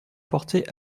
apportées